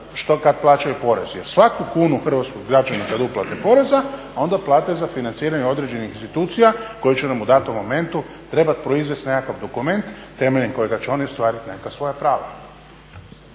što kad plaćaju porez. Jer svaku kunu hrvatskog građanina kod uplate poreza onda plate za financiranje određenih institucija koje će nam u datom momentu trebati proizvesti nekakav dokument temeljem kojega će oni ostvariti neka svoja prava.